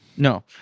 No